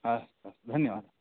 अस्तु अस्तु धन्यवादः